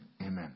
Amen